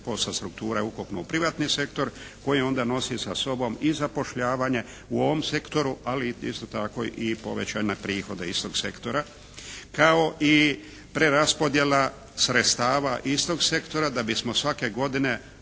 60% strukture ukupno u privatni sektor koji onda nosi sa sobom i zapošljavanje u ovom sektoru, ali isto tako i povećanje prihoda istog sektora, kao i preraspodjela sredstava istog sektora da bismo svake godine,